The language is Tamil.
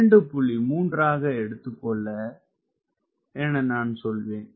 3 ஆக எடுத்துக்கொள் என நான் சொல்வேன்